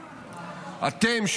אתם,